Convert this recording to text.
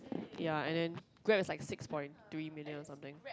ya and then Grab is like six point three million or something